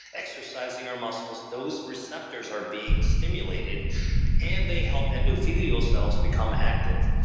exercising our muscles, those receptors are being stimulated and they help endothelial cells become active.